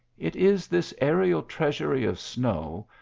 it is this aerial treasury of snow,